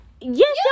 Yes